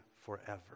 forever